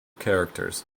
characters